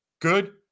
good